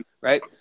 Right